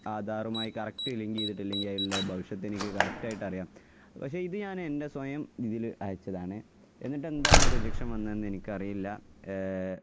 ആധാറുമായി correct link ചെയ്തിട്ടില്ലെങ്കിലുള്ള ഭവിഷ്യത്തെനിക്ക് കറക്റ്റായിട്ടറിയാം പക്ഷെ ഇത് ഞാൻ എൻ്റെ സ്വയം ഇതില് അയച്ചതാണ് എന്നിട്ട് എന്താണ് റിജക്ഷൻ വന്നതെന്ന് എനിക്കറിയില്ല